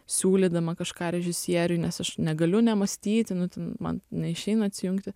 siūlydama kažką režisieriui nes aš negaliu nemąstyti nu man neišeina atsijungti